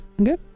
Okay